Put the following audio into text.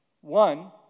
One